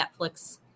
netflix